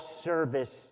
service